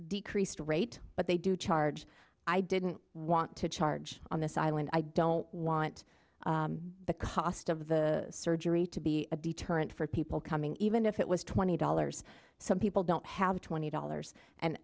decreased rate but they do charge i didn't want to charge on this island i don't want the cost of the surgery to be a deterrent for people coming even if it was twenty dollars some people don't have twenty dollars and